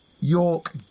york